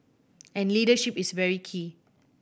and leadership is very key